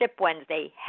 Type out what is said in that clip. Wednesday